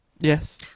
Yes